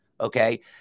okay